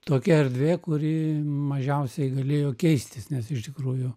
tokia erdvė kuri mažiausiai galėjo keistis nes iš tikrųjų